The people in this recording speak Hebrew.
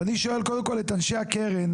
ואני שואל קודם כול את אנשי הקרן,